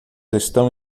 estão